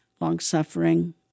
Long-suffering